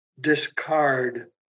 discard